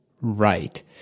right